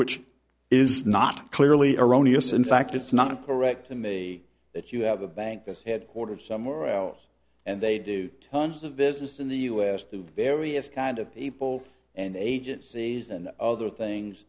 which is not clearly erroneous in fact it's not correct to me that you have a bank this headquarters somewhere else and they do tons of business in the us through various kind of people and agencies and other things